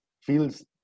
feels